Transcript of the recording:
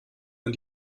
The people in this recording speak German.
man